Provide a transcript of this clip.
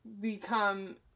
become